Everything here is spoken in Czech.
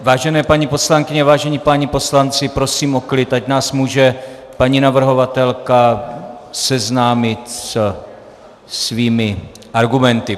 Vážené paní poslankyně, vážení páni poslanci, prosím o klid, ať nás může paní navrhovatelka seznámit se svými argumenty.